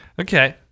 Okay